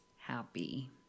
happy